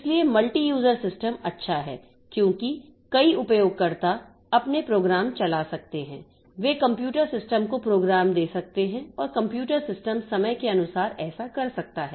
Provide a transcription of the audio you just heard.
इसलिए multi user system अच्छा है क्योंकि कई उपयोगकर्ता अपने प्रोग्राम चला सकते हैं वे कंप्यूटर सिस्टम को प्रोग्राम दे सकते हैं और कंप्यूटर सिस्टम समय के अनुसार ऐसा कर सकता है